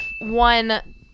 one